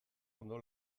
ondo